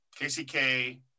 kck